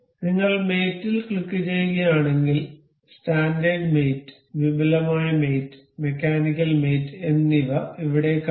നിങ്ങൾ മേറ്റ് ൽ ക്ലിക്കുചെയ്യുകയാണെങ്കിൽ സ്റ്റാൻഡേർഡ് മേറ്റ് വിപുലമായ മേറ്റ് മെക്കാനിക്കൽ മേറ്റ് എന്നിവ ഇവിടെ കാണാം